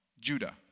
Judah